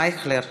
אייכלר.